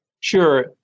Sure